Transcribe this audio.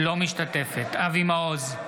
אינה משתתפת בהצבעה אבי מעוז,